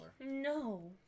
No